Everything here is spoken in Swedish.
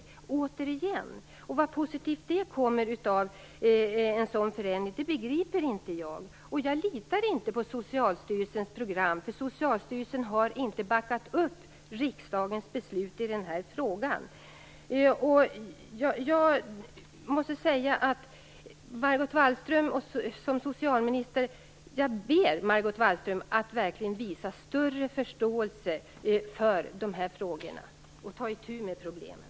Vad det kan komma för positivt av en sådan förändring, begriper jag inte. Jag litar inte på Socialstyrelsens program, för Socialstyrelsen har inte backat upp riksdagens beslut i den här frågan. Jag ber Margot Wallström att som socialminister verkligen visa större förståelse för de här frågorna och ta itu med problemet.